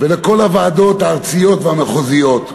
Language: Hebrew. ולכל הוועדות הארציות והמחוזיות,